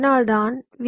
அதனால்தான் வி